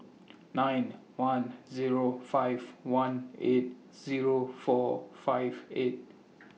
nine one Zero five one eight Zero four five eight